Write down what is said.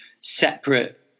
separate